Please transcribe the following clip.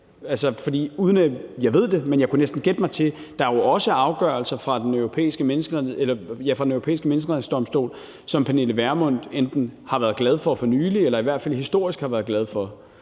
jeg ved det – men jeg kan næsten gætte mig til det – er der jo også afgørelser fra Den Europæiske Menneskerettighedsdomstol, som fru Pernille Vermund enten for nylig har været glad for eller i hvert fald historisk har været glad for.